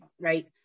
right